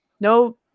no